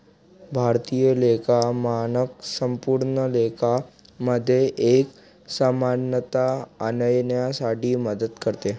भारतीय लेखा मानक संपूर्ण लेखा मध्ये एक समानता आणण्यासाठी मदत करते